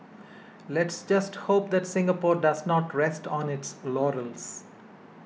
let's just hope that Singapore does not rest on its laurels